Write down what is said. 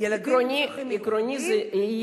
עקרוני זה,